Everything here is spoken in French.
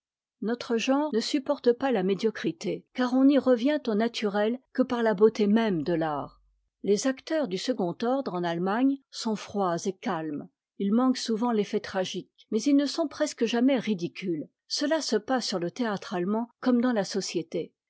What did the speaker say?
notre genre ne supporte pas la médiocrité car on n'y revient au naturel que par la beauté même de l'art les acteurs du second ordre en allemagne sont froids et calmes ils manquent souvent l'effet tragique mais ils ne sont presque jamais ridicules cela se passe sur le théâtre allemand comme dans la société